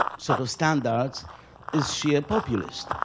sort of standards is she a populist.